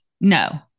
No